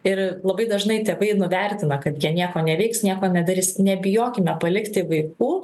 ir labai dažnai tėvai nuvertina kad jie nieko neveiks nieko nedarys nebijokime palikti vaikų